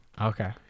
Okay